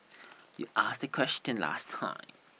you ask me question last time